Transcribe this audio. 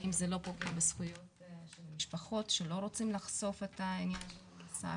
האם זה לא פוגע בזכויות של משפחות שלא רוצים לחשוף את עניין המאסר,